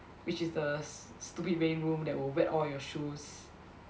which is the s~ stupid reading room that will wet all your shoes